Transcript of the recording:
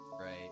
right